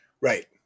Right